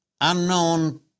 unknown